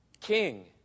king